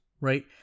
right